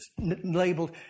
labeled